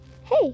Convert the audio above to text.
Hey